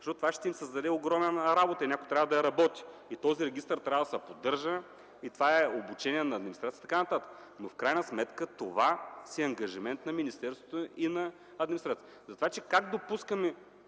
защото това ще им създаде огромна работа и някой трябва да я работи. Този регистър трябва да се поддържа, това е обучение на администрацията и така нататък, но това си е ангажимент на министерството и на администрацията. Как допускаме